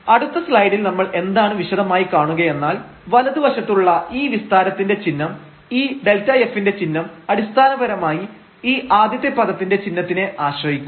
അടുത്ത സ്ലൈഡിൽ നമ്മൾ എന്താണ് വിശദമായി കാണുകയെന്നാൽ വലതു വശത്തുള്ള ഈ വിസ്താരത്തിന്റെ ചിഹ്നം ഈ Δf ന്റെ ചിഹ്നം അടിസ്ഥാനപരമായി ഈ ആദ്യത്തെ പദത്തിന്റെ ചിഹ്നത്തിനെ ആശ്രയിക്കും